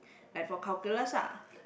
like for calculus ah